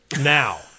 now